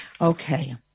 Okay